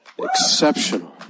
Exceptional